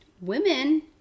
women